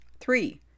three